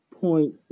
point